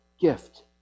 gift